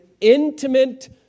intimate